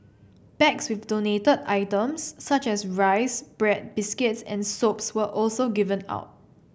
bags with donated items such as rice bread biscuits and soaps were also given out